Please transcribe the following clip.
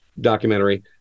documentary